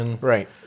Right